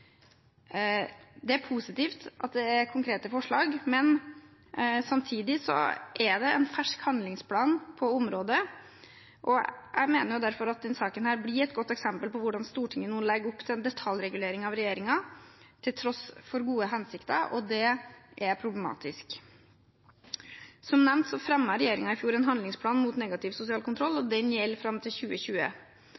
Det er positivt at det er konkrete forslag, men samtidig er det en fersk handlingsplan på området, og jeg mener derfor at disse sakene blir et godt eksempel på hvordan Stortinget nå legger opp til en detaljregulering av regjeringen som – til tross for gode hensikter – er problematisk. Som nevnt fremmet regjeringen i fjor en handlingsplan mot negativ sosial kontroll, og